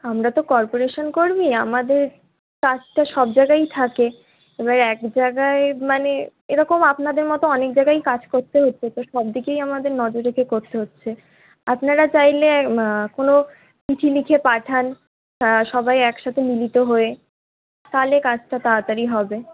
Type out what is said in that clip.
আমরা তো কর্পোরেশন কর্মী আমাদের কাজটা সব জায়গাই থাকে এবারে এক জায়গায় মানে এরকম আপনাদের মতো অনেক জায়গাই কাজ করতে হচ্ছে তো সব দিকেই আমাদের নজর রেখে করতে হচ্ছে আপনারা চাইলে কোনো চিঠি লিখে পাঠান সবাই একসাথে মিলিত হয়ে তাহলে কাজটা তাড়াতাড়ি হবে